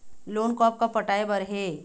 Loan कब कब पटाए बर हे?